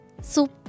soup